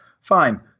Fine